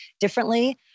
differently